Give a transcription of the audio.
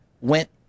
went